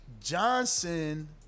Johnson